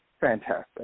fantastic